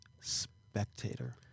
spectator